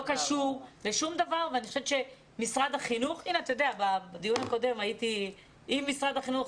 בדיון הקודם הייתי עם משרד החינוך.